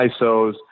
ISOs